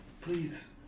Please